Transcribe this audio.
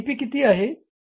P किती आहे